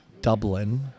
Dublin